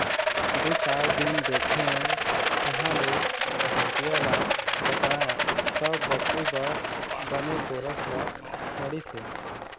दू चार दिन देखेंव तहाँले पहाटिया ल बताएंव तब बछरू बर बने गोरस ल छोड़िस हे